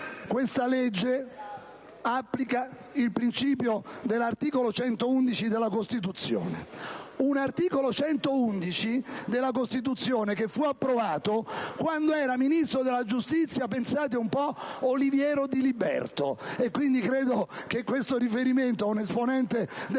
Questa legge applica il principio del nuovo articolo 111 della Costituzione, articolo che fu approvato quando era ministro della giustizia - pensate un po' - Oliviero Diliberto. Quindi credo che questo riferimento ad un esponente della